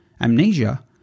amnesia